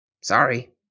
Sorry